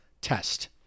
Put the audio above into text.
test